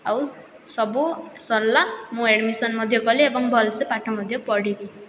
ଆଉ ସବୁ ସରିଲା ମୁଁ ଆଡ଼ମିସନ୍ ମଧ୍ୟ କଲି ଏବଂ ଭଲସେ ପାଠ ମଧ୍ୟ ପଢ଼ିବି